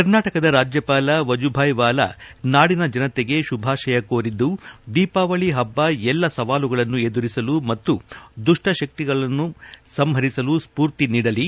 ಕರ್ನಾಟಕದ ರಾಜ್ಯಪಾಲ ವಜುಭಾಯಿ ವಾಲಾ ನಾಡಿನ ಜನತೆಗೆ ಶುಭಾಶಯ ಕೋರಿದ್ದು ದೀಪಾವಳಿ ಹಬ್ಬ ಎಲ್ಲ ಸವಾಲುಗಳನ್ನು ಎದುರಿಸಲು ಮತ್ತು ದುಷ್ಟಶಕ್ತಿಗಳನ್ನು ಸಂಹರಿಸಲು ಸ್ಪೂರ್ತಿ ನೀಡಲಿ